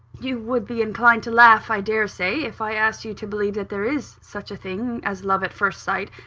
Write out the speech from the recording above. you would be inclined to laugh, i dare say, if i asked you to believe that there is such a thing as love at first sight,